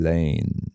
Lane